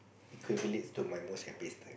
equivalent to my most happiest time